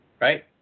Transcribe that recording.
Right